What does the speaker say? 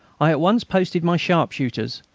i at once posted my sharpshooters,